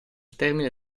termine